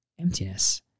emptiness